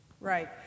Right